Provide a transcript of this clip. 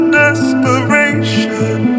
desperation